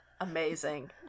Amazing